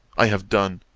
i have done,